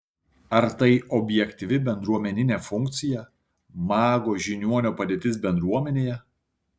ar tai objektyvi bendruomeninė funkcija mago žiniuonio padėtis bendruomenėje